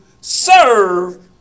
serve